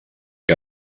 que